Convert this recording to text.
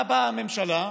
מה באה הממשלה,